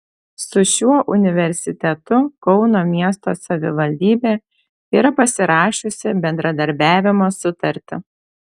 su šiuo universitetu kauno miesto savivaldybė yra pasirašiusi bendradarbiavimo sutartį